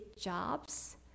Jobs